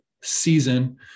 season